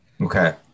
Okay